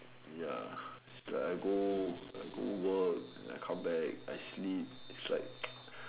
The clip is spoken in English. ya it's like I go I go work and I come back I sleep it's like